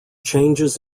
changes